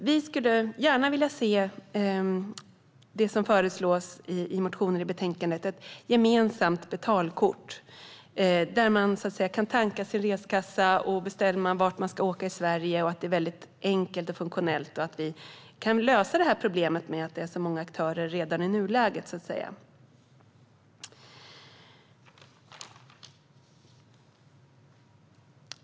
Vi skulle gärna vilja se det som föreslås i motionen i betänkandet, alltså ett gemensamt betalkort där man kan tanka sin reskassa och beställa vart man ska åka i Sverige på ett enkelt och funktionellt sätt. Då kan vi lösa problemet med att det är så många aktörer redan i nuläget.